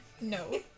No